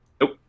Nope